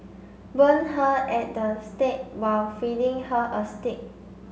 burn her at the stake while feeding her a steak